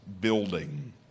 building